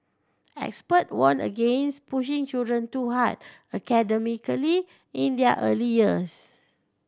expert warned against pushing children too hard academically in their early years